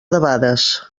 debades